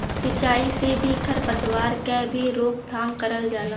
सिंचाई से खेती में खर पतवार क भी रोकथाम करल जाला